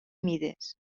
mides